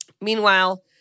Meanwhile